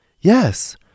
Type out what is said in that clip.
Yes